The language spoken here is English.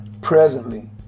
presently